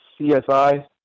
CSI